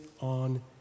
on